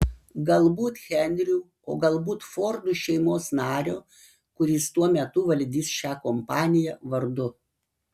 galbūt henriu o galbūt fordų šeimos nario kuris tuo metu valdys šią kompaniją vardu